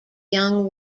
young